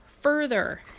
further